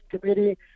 Committee